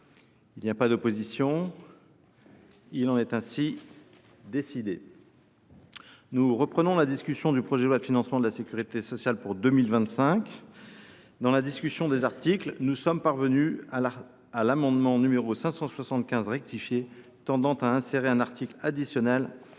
Y a t il des observations ?… Il en est ainsi décidé. Nous reprenons la discussion du projet de loi de financement de la sécurité sociale pour 2025. Dans la discussion des articles, nous en sommes parvenus à l’amendement n° 575 rectifié tendant à insérer un article additionnel